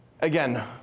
Again